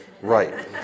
right